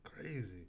crazy